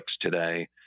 today